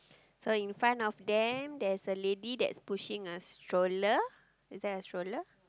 so in front of them there's a lady that's pushing a stroller is that a stroller